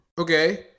okay